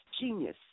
genius